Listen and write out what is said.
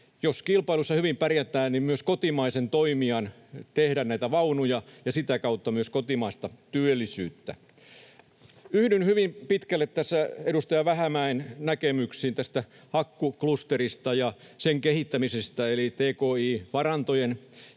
jos kilpailussa hyvin pärjätään, myös kotimaisen toimijan tehdä näitä vaunuja ja sitä kautta myös kotimaista työllisyyttä. Yhdyn hyvin pitkälle edustaja Vähämäen näkemyksiin tästä akkuklusterista ja sen kehittämisestä eli tki-varantojen